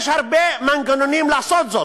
יש הרבה מנגנונים לעשות זאת.